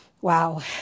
Wow